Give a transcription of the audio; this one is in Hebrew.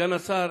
לסגן השר